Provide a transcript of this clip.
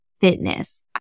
fitness